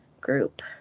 Group